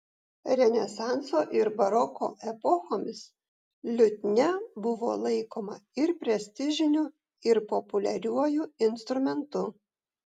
renesanso ir baroko epochomis liutnia buvo laikoma ir prestižiniu ir populiariuoju instrumentu